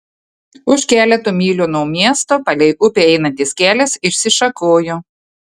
už keleto mylių nuo miesto palei upę einantis kelias išsišakojo